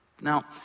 now